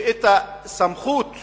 שהסמכות